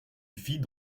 vit